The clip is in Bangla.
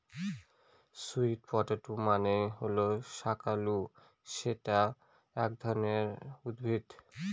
স্যুট পটেটো মানে হল শাকালু যেটা এক ধরনের উদ্ভিদ